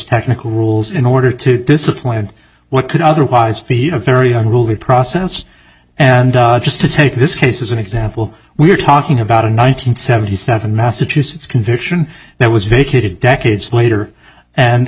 technical rules in order to disappoint what could otherwise be a very unruly process and just to take this case as an example we're talking about a nine hundred seventy seven massachusetts conviction that was vacated decades later and